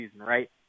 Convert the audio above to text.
right